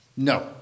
No